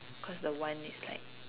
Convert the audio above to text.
cause the one is like